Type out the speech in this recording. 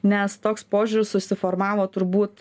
nes toks požiūris susiformavo turbūt